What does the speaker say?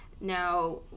Now